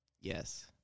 Yes